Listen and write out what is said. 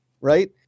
right